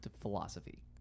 philosophy